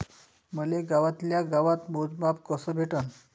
मले गावातल्या गावात मोजमाप कस भेटन?